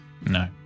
No